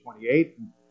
28